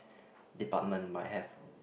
department might have